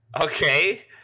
Okay